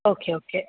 okay okay